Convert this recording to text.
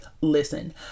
listen